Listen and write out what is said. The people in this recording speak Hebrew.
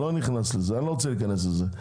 אני לא רוצה להיכנס לזה.